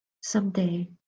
someday